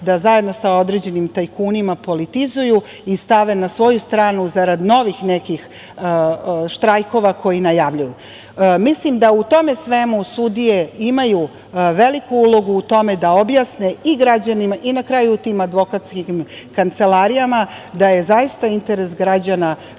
da zajedno sa određenim tajkunima politizuju i stave na svoju stranu zarad novih nekih štrajkova koje najavljuju. Mislim da u tome svemu sudije imaju veliku ulogu u tome da objasne i građanima i na kraju tim advokatskim kancelarijama, da je zaista interes građana